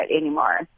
anymore